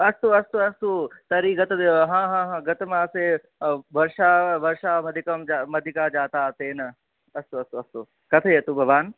अस्तु अस्तु अस्तु तर्हि गतमासे वर्षा अधिका जाता तेन अस्तु अस्तु अस्तु कथयतु भवान्